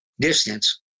distance